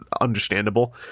understandable